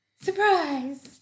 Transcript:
Surprise